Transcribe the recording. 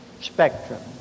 spectrum